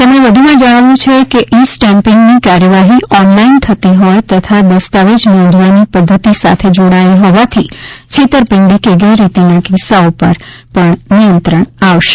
તેમણે વધુમાં જણાવ્યું છે કે ઇ સ્ટેમ્પિંગની કાર્યવાહી ઓનલાઇન થતી હોય તથા દસ્તાવેજ નોંધવાની પદ્ધતિ સાથે જોડાયેલ હોવાથી છેતરપિંડી કે ગેરરીતિના કિસ્સાઓ ઉપર પણ નિયંત્રણ આવશે